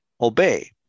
obey